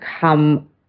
come